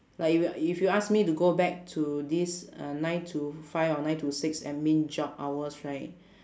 like if y~ if you ask me to go back to this uh nine to five or nine to six admin job hours right